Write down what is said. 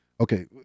okay